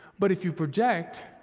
but if you project,